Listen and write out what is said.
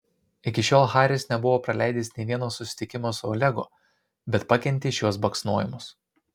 iki šiol haris nebuvo praleidęs nė vieno susitikimo su olegu bet pakentė šiuos baksnojimus